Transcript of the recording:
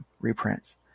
reprints